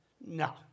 No